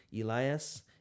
Elias